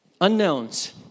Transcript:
Unknowns